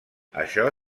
això